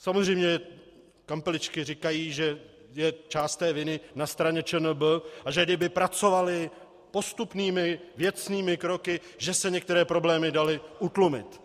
Samozřejmě kampeličky říkají, že je část té viny na straně ČNB, a že kdyby pracovaly postupnými věcnými kroky, že se některé problémy daly utlumit.